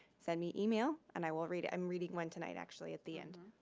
send me email and i will read it. i'm reading one tonight actually at the end.